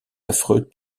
affreux